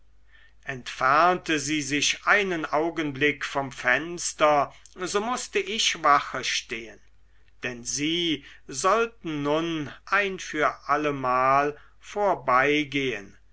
entfernte sie sich einen augenblick vom fenster so mußte ich wache stehen denn sie sollten nun ein für allemal vorbeigehen